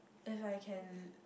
if I can